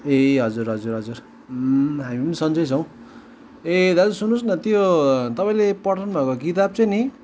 ए हजुर हजुर हजुर हामी पनि सन्चै छौँ ए दाजु सुन्नुहोस् न त्यो तपाईँले पठाउनुभएको किताब चाहिँ नि